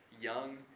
young